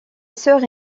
sœur